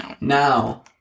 Now